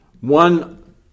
One